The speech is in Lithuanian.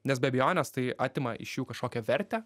nes be abejonės tai atima iš jų kažkokią vertę